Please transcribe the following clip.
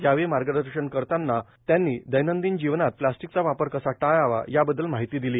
यावेळी मार्गदर्शन करतांना दैनंदिन जीवनात प्लास्टिकचा वापर कसा टाळावा याबद्दल माहिती दिली